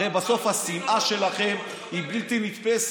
הרי בסוף השנאה שלכם היא בלתי נתפסת,